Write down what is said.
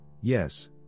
yes